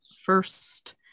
first